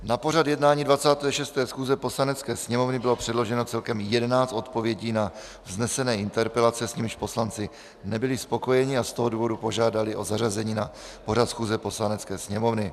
Na pořad jednání 26. schůze Poslanecké sněmovny bylo předloženo celkem jedenáct odpovědí na vznesené interpelace, s nimiž poslanci nebyli spokojeni, a z toho důvodu požádali o zařazení na pořad schůze Poslanecké sněmovny.